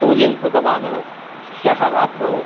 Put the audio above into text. चौर्यं कृतवान् ह्यः रात्रौ